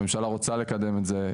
הממשלה רוצה לקדם את זה,